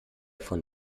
von